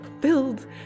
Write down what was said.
filled